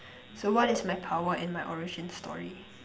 so what is my power and my origin story